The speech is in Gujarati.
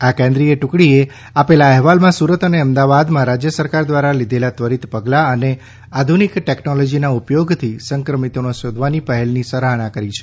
આ કેન્દ્રીય ટુકડીએ આપેલા અહેવાલમાં સુરત અને અમદાવાદમાં રાજથ સરકાર ધ્વારા લીધેલા ત્વરીત પગલાં અને આધુનિક ટેકનોલોજીના ઉપયોગથી સંક્રમિતોને શોધવાની પહેલની સરાહના કરી છે